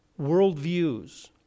worldviews